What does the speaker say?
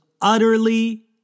utterly